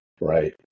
Right